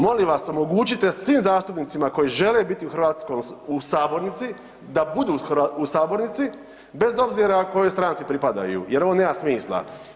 Molim vas omogućite svim zastupnicima koji žele biti u hrvatskom, u sabornici da budu u sabornici bez obzira kojoj stranci pripadaju jer ovo nema smisla.